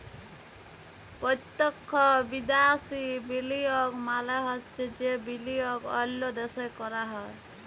পত্যক্ষ বিদ্যাশি বিলিয়গ মালে হছে যে বিলিয়গ অল্য দ্যাশে ক্যরা হ্যয়